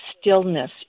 stillness